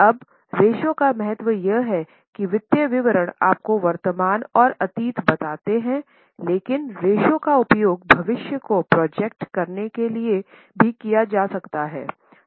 अब रेश्यो का महत्व यह है कि वित्तीय विवरण आपको वर्तमान और अतीत बताते हैं लेकिन रेश्यो का उपयोग भविष्य को प्रोजेक्ट करने के लिए भी किया जा सकता है